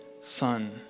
Son